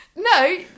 No